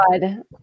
God